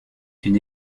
une